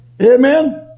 Amen